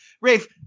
Rafe